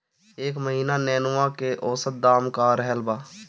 एह महीना नेनुआ के औसत दाम का रहल बा?